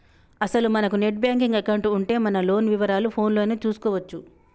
అసలు మనకు net banking account ఉంటే మన లోన్ వివరాలు ఫోన్ లోనే చూసుకోవచ్చు